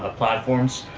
ah platforms.